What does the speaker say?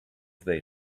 they